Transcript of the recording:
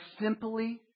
simply